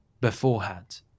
beforehand